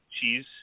cheese